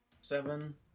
Seven